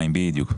בדיוק.